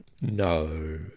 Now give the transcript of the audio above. No